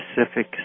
specific